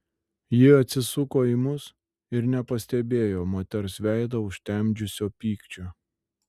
ji atsisuko į mus ir nepastebėjo moters veidą užtemdžiusio pykčio